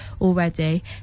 already